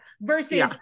versus-